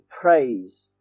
praise